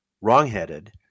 wrongheaded